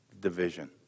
division